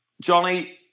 Johnny